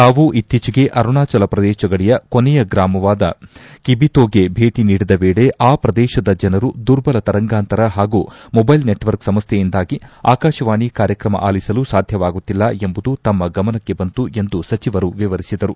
ತಾವು ಇತ್ತೀಚೆಗೆ ಅರುಣಾಚಲ ಪ್ರದೇಶ ಗಡಿಯ ಕೊನೆಯ ಗ್ರಾಮವಾದ ಕಿಬಿತೊ ಭೇಟಿ ನೀಡಿದ ವೇಳೆ ಆ ಪ್ರದೇಶದ ಜನರು ದುರ್ಬಲ ತರಂಗಾಂತರ ಹಾಗೂ ಮೊಬ್ನೆಲ್ ನೆಟ್ವರ್ಕ್ ಸಮಸ್ನೆಯಿಂದಾಗಿ ಆಕಾಶವಾಣಿ ಕಾರ್ಯಕ್ರಮ ಆಲಿಸಲು ಸಾಧ್ಯವಾಗುತ್ತಿಲ್ಲ ಎಂಬುದು ತಮ್ನ ಗಮನಕ್ಕೆ ಬಂತು ಎಂದು ಸಚಿವರು ವಿವರಿಸಿದರು